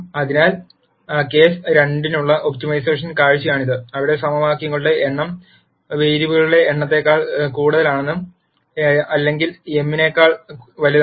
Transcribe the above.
അതിനാൽ കേസ് 2 നുള്ള ഒപ്റ്റിമൈസേഷൻ കാഴ് ചയാണിത് അവിടെ സമവാക്യങ്ങളുടെ എണ്ണം വേരിയബിളുകളുടെ എണ്ണത്തേക്കാൾ കൂടുതലാണ് അല്ലെങ്കിൽ എം n നേക്കാൾ വലുതാണ്